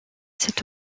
cet